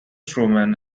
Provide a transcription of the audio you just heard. truman